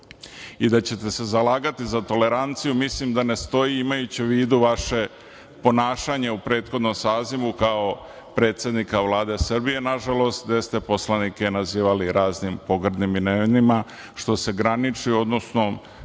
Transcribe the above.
i da ćete se zalagati za toleranciju, mislim da ne stoji, imajući u vidu vaše ponašanje u prethodnom sazivu kao predsednika Vlade Srbije, nažalost, gde ste poslanike nazivali raznim pogrdnim imenima, što se može nazvati